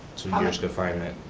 two um years confinement,